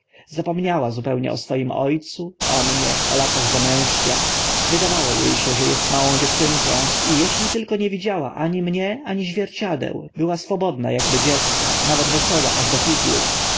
zapomniała zupełnie o swoim o cu o mnie o latach zamężcia wydawało e się że est małą dziewczynką i eśli tylko nie widziała ani mnie ani zwierciadeł była swobodna akby dziecko nawet wesoła aż do figlów